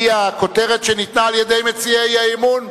היא הכותרת שניתנה על-ידי מציעי האי-אמון,